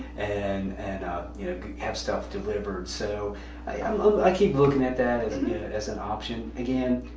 and and um you know have stuff delivered so i keep looking at that as as an option. again,